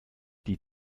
die